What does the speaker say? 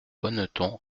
bonneton